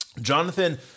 Jonathan